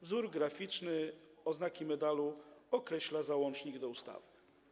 Wzór graficzny oznaki medalu określa załącznik do ustawy.